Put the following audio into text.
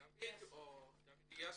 דוד יאסו?